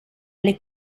alle